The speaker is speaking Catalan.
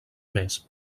més